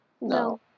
No